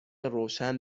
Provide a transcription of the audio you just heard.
روشن